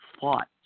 fought